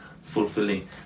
fulfilling